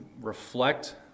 reflect